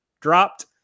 dropped